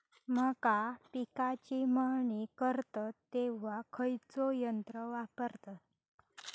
मका पिकाची मळणी करतत तेव्हा खैयचो यंत्र वापरतत?